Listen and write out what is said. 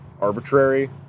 arbitrary